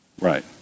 Right